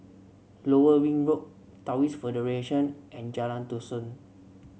Lower Ring Road Taoist Federation and Jalan Dusun